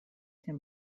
him